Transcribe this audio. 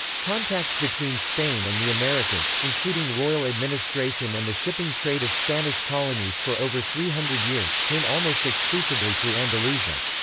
contacts between spain and the americas, including royal administration and the shipping trade of spanish colonies for over three hundred years, came almost exclusively through andalusia.